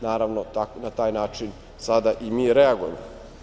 Naravno, na taj način sada i mi reagujemo.